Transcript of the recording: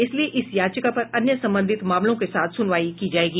इसलिए इस याचिका पर अन्य संबंधित मामलों के साथ सुनवाई की जायेगी